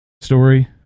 story